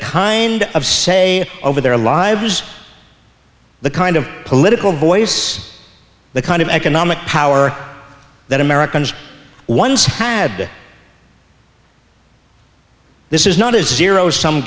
kind of say over their lives the kind of political voice the kind of economic power that americans once had this is not a zero s